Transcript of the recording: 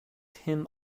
him